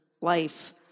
life